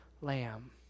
lamb